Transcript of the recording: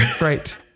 Right